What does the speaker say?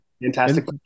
fantastic